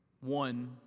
one